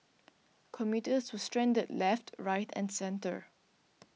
commuters were stranded left right and centre